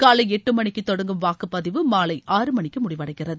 காலை எட்டு மணிக்கு தொடங்கும் வாக்குப்பதிவு மாலை ஆறு மணிக்கு முடிவடைகிறது